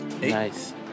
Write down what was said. Nice